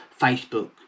Facebook